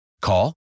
Call